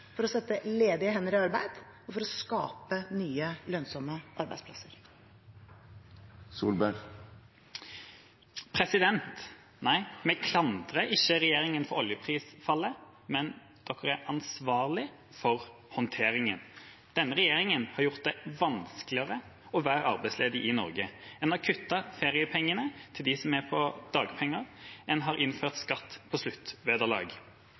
for å sette ledige hender i arbeid og for å skape nye, lønnsomme arbeidsplasser. Nei, vi klandrer ikke regjeringa for oljeprisfallet, men den er ansvarlig for håndteringen. Denne regjeringa har gjort det vanskeligere å være arbeidsledig i Norge. Den har kuttet feriepengene til dem som mottar dagpenger, og den har innført skatt på sluttvederlag.